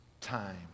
time